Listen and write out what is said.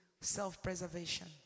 self-preservation